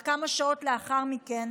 אף כמה שעות לאחר מכן